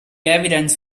evidence